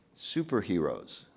Superheroes